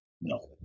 No